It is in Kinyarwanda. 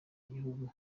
gihugu